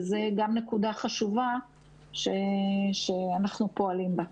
זו גם נקודה חשובה שאנחנו פועלים בה.